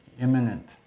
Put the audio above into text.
imminent